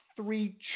three